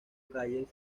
calles